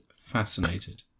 fascinated